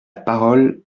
parole